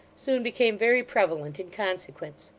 soon became very prevalent in consequence.